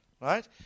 right